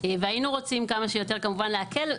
והיינו רוצים כמה שיותר כמובן להקל,